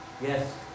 yes